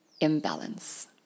imbalance